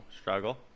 struggle